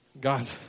God